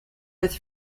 with